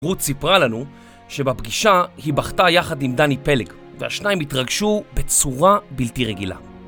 רות סיפרה לנו שבפגישה היא בכתה יחד עם דני פלג והשניים התרגשו בצורה בלתי רגילה